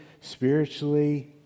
spiritually